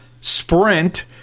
sprint